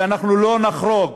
ואנחנו לא נחרוג